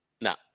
No